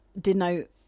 denote